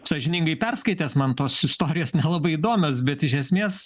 sąžiningai perskaitęs man tos istorijos nelabai įdomios bet iš esmės